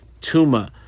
Tuma